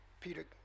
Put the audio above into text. Peter